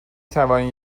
توانید